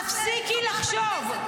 תפסיקי לחשוב.